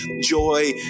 joy